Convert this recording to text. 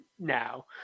now